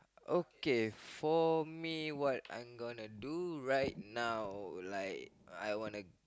okay for me what I'm gonna do right now like I wanna